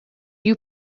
you